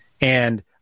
And-